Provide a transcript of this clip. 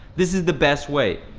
this is the best way.